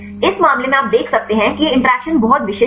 इस मामले मै आप देख सकते हैं कि यह इंटरैक्शन बहुत विशिष्ट है